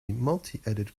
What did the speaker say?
multiedit